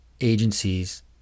agencies